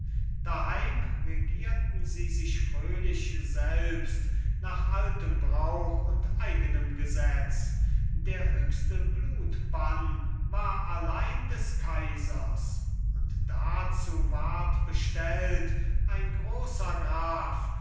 daheim regierten sie sich fröhlich selbst nach altem brauch und eigenem gesetz der höchste blutbann war allein des kaisers und dazu ward bestellt ein grosser graf